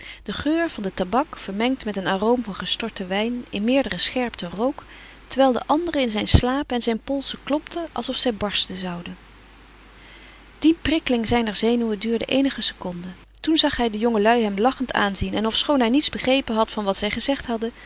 den geur van de tabak vermengd met een aroom van gestorten wijn in meerdere scherpte rook terwijl de aderen in zijn slapen en zijn polsen klopten alsof zij barsten zouden die prikkeling zijner zenuwen duurde eenige seconden toen zag hij de jongelui hem lachend aanzien en ofschoon hij niets begrepen had van wat zij gezegd hadden